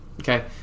okay